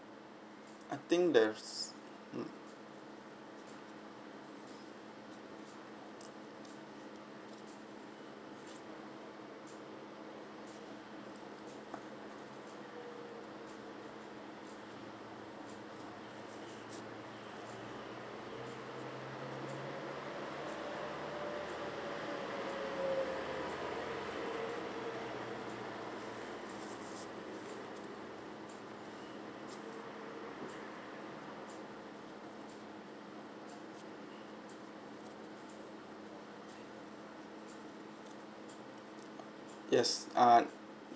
I think there's yes ah